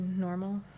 normal